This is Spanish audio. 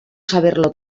saberlo